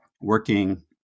working